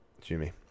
Jimmy